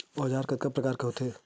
औजार कतना प्रकार के होथे?